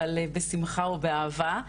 אבל בשמחה ובאהבה.